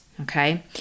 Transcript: okay